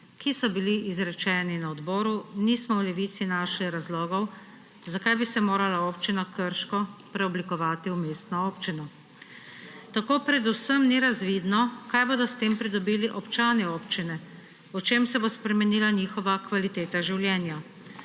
ki so bili izrečeni na odboru, nismo v Levici našli razlogov, zakaj bi se morala občina Krško preoblikovati v mestno občino. Tako predvsem ni razvidno, kaj bodo s tem pridobili občani občine, v čem se bo spremenila njihova kvaliteta življenja.